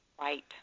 Right